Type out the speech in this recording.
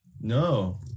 no